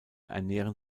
ernähren